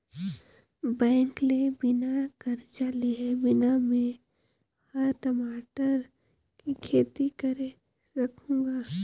bank ले बिना करजा लेहे बिना में हर टमाटर के खेती करे सकहुँ गा